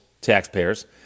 taxpayers